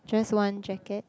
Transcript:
just one jacket